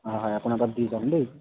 অঁ হয় আপোনাৰ তাত দি যাম দেই